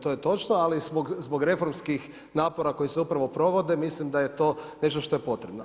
To je točno, ali zbog reformskih napora koji se upravo provode, mislim da je to nešto što je potrebno.